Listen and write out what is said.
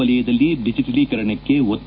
ವಲಯದಲ್ಲಿ ಡಿಜೆಟಲಿಕರಣಕ್ಕೆ ಒತ್ತು